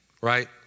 right